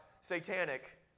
satanic